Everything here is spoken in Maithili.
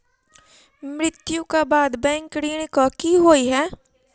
मृत्यु कऽ बाद बैंक ऋण कऽ की होइ है?